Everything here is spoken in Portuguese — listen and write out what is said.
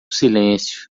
silêncio